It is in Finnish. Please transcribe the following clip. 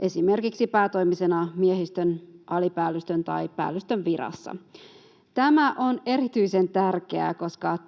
esimerkiksi päätoimisena miehistön, alipäällystön tai päällystön virassa. Tämä on erityisen tärkeää, koska —